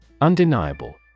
Undeniable